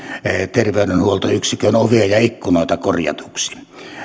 terveydenhuoltoyksikön ovia ja ikkunoita korjatuksi